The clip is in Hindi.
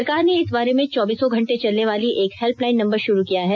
सरकार ने इस बारे में चौबिसों घंटे चलने वाला एक हैल्पलाइन नम्बर शुरू किया है